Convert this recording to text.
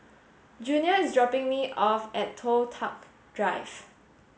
Junior is dropping me off at Toh Tuck Drive